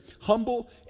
humble